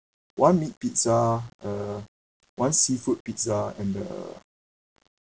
one meat pizza uh one seafood pizza and the